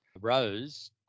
rose